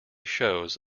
shows